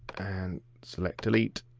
and select delete.